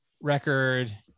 record